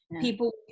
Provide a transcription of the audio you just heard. people